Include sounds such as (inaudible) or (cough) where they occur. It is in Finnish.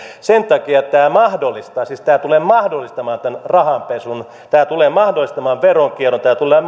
sen takia tämä siis tulee mahdollistamaan rahanpesun tämä tulee mahdollistamaan veronkiertoa ja tulee (unintelligible)